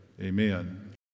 amen